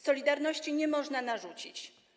Solidarności nie można narzucić.